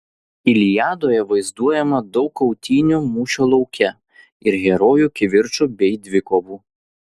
iliadoje vaizduojama daug kautynių mūšio lauke ir herojų kivirčų bei dvikovų